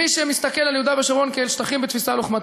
מי שמסתכל על יהודה ושומרון כאל שטחים בתפיסה לוחמתית,